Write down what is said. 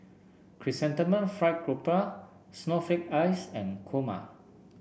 Chrysanthemum Fried Garoupa Snowflake Ice and Kurma